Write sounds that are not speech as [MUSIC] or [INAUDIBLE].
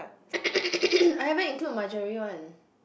[NOISE] I haven't include Marjorie [one]